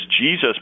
Jesus